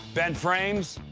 bent frames,